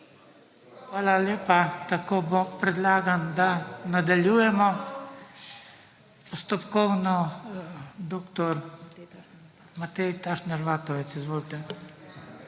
Hvala lepa. Tako bo. Predlagam, da nadaljujemo. Postopkovno dr. Matej Tašner Vatovec. Izvolite.